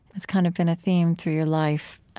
it's kind of been a theme through your life,